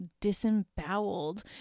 disemboweled